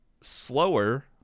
slower